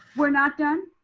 we're not done?